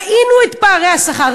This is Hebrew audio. ראינו את פערי השכר,